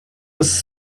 was